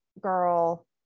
girl